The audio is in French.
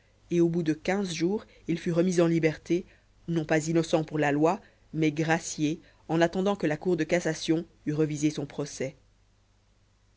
et au bout de quinze jours il fut remis en liberté non pas innocent pour la loi mais gracié en attendant que la cour de cassation eût révisé son procès